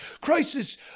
Crisis